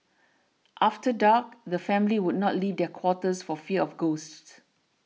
after dark the families would not leave their quarters for fear of ghosts